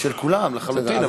של כולם, לחלוטין.